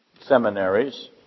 seminaries